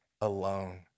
alone